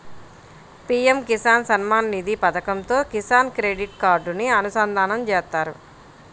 PM Kisan Samman Nidhi పథకంతో Kisan credit కార్డుని అనుసంధానం చేత్తారు